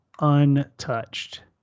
untouched